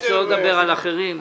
שלא לדבר על אחרים.